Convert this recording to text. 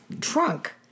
trunk